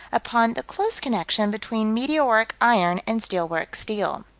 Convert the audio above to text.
upon the close connection between meteoric iron and steel-works' steel.